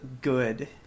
good